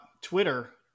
Twitter